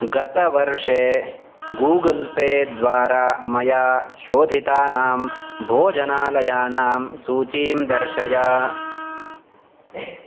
गतवर्षे Google Pay द्वारा मया शोधितानां भोजनालयानां सूचीं दर्शय